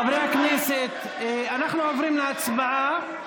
חברי הכנסת, אנחנו עוברים להצבעה.